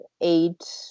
eight